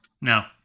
No